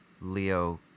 Leo